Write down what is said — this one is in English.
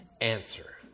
Answer